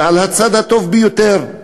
ועל הצד הטוב ביותר.